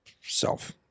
self